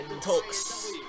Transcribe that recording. talks